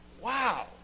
Wow